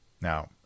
Now